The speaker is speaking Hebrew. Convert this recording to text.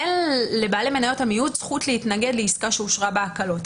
אין לבעלי מניות המיעוט זכות להתנגד לעסקה שאושרה בהקלות.